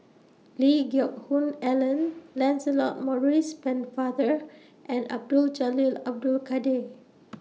Lee Geck Hoon Ellen Lancelot Maurice Pennefather and Abdul Jalil Abdul Kadir